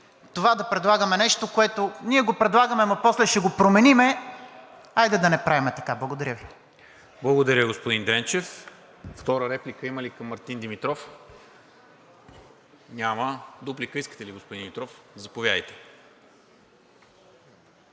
това да предлагаме нещо – ние го предлагаме, ама после ще го променим – хайде да не правим така. Благодаря Ви. ПРЕДСЕДАТЕЛ НИКОЛА МИНЧЕВ: Благодаря, господин Дренчев. Втора реплика има ли към Мартин Димитров? Няма. Дуплика искате ли, господин Димитров? Заповядайте.